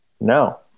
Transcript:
No